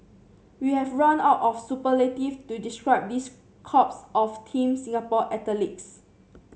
we have run out of superlative to describe this crops of Team Singapore athletes